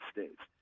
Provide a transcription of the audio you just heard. States